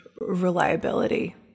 reliability